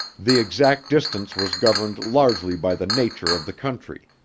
the exact distance was governed largely by the nature of the country.